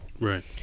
Right